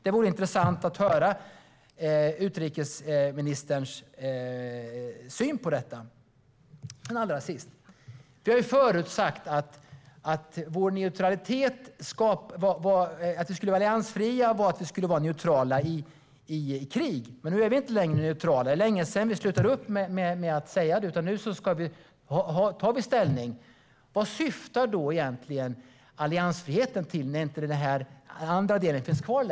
Det vore intressant att höra utrikesministerns syn på detta. Vi har förut sagt att vi ska vara alliansfria och neutrala i krig. Nu är vi inte neutrala längre. Det var länge sedan vi slutade säga det. Nu tar vi ställning. Vilket syfte har då alliansfriheten, om den andra delen inte finns kvar?